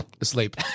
asleep